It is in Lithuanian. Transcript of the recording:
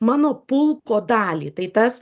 mano pulko dalį tai tas